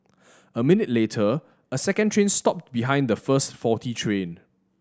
a minute later a second train stopped behind the first faulty train